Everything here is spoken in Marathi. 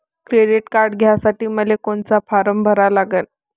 क्रेडिट कार्ड घ्यासाठी मले कोनचा फारम भरा लागन?